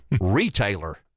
retailer